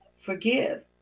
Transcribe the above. Forgive